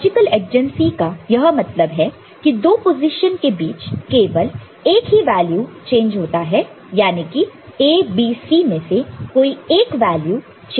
logical adjacency का यह मतलब है कि दो पोजीशन के बीच में केवल एक ही वैल्यू चेंज होता है जाने की A B C में से कोई एक वैल्यू चेंज होगा